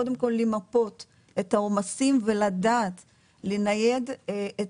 קודם כל למפות את העומסים ולדעת לנייד את